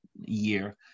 year